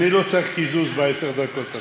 אני לא צריך קיזוז בעשר הדקות הקרובות.